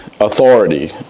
authority